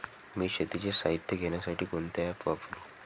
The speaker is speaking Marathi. मी शेतीचे साहित्य घेण्यासाठी कोणते ॲप वापरु?